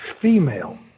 female